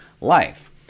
life